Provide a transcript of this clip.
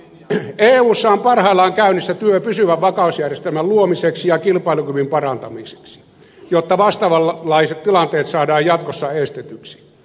eussa on parhaillaan käynnissä työ pysyvän vakausjärjestelmän luomiseksi ja kilpailukyvyn parantamiseksi jotta vastaavanlaiset tilanteet saadaan jatkossa estetyksi